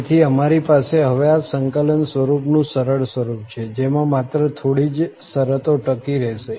તેથી અમારી પાસે હવે આ સંકલન સ્વરૂપનું સરળ સ્વરૂપ છે જેમાં માત્ર થોડી જ શરતો ટકી રહેશે